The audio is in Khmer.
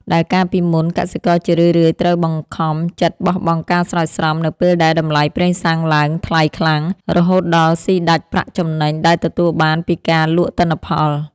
ដែលកាលពីមុនកសិករជារឿយៗត្រូវបង្ខំចិត្តបោះបង់ការស្រោចស្រពនៅពេលដែលតម្លៃប្រេងសាំងឡើងថ្លៃខ្លាំង រហូតដល់ស៊ីដាច់ប្រាក់ចំណេញដែលទទួលបានពីការលក់ទិន្នផល។